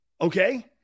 okay